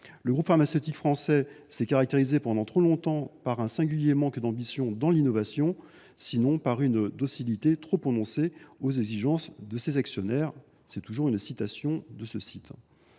Le groupe pharmaceutique français s’est caractérisé pendant trop longtemps par un singulier manque d’ambition dans l’innovation, sinon par une docilité trop prononcée aux exigences de ses actionnaires. » Mais tout va bien